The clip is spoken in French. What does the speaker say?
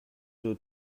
deux